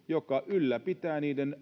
joka ylläpitää niiden